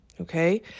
Okay